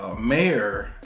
mayor